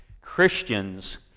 Christians